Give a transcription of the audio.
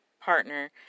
partner